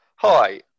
Hi